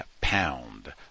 pound